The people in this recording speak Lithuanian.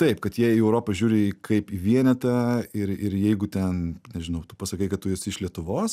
taip kad jie į europą žiūri kaip į vienetą ir ir jeigu ten nežinau tu pasakai kad tu esi iš lietuvos